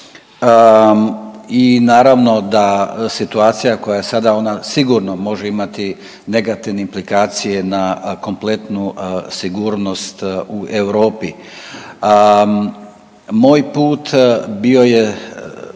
I naravno da situacija koja je sada ona sigurno može imati negativne implikacije na kompletnu sigurnost u Europi. Moj put bio je